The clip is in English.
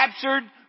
captured